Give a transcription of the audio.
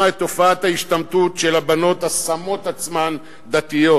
את תופעת ההשתמטות של הבנות השמות עצמן דתיות.